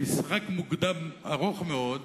במשחק מוקדם ארוך מאוד,